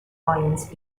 lions